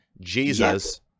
Jesus